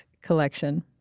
collection